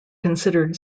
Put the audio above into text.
considered